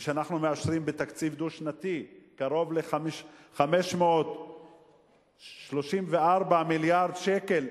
וכשאנחנו מאשרים בתקציב דו-שנתי קרוב ל-534 מיליארד שקל,